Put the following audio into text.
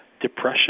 depression